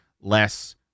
less